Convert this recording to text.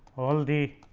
all the